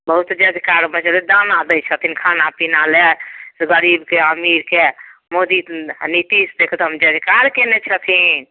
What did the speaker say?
दाना दै छथिन खानापीना लए गरीबके अमीरके मोदी नीतीश एकदम जय जयकार कयने छथिन